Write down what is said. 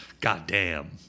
Goddamn